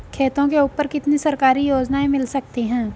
खेतों के ऊपर कितनी सरकारी योजनाएं मिल सकती हैं?